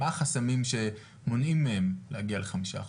מה החסמים שמונעים מהם להגיע לחמישה אחוז.